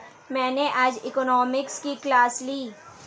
मैंने आज इकोनॉमिक्स की क्लास ली